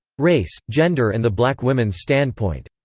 race, gender and the black women's standpoint.